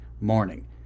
morning